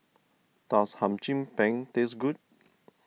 does Hum Chim Peng taste good